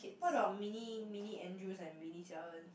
what about mini mini Andrews and mini Jia-En